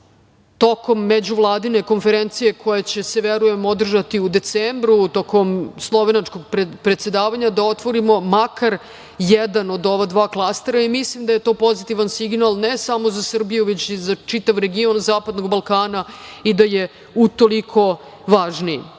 tokom međuvladine konferencije koja će se verujem održati u decembru tokom slovenačkog predsedavanja, da otvorimo makar jedna od ova dva klastera i mislim da je to pozitivan signal ne samo za Srbiju, već i za čitav region Zapadnog Balkana i da je utoliko važniji.